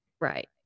Right